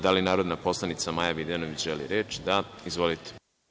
Da li narodna poslanica Maja Videnović želi reč? (Da.) Izvolite.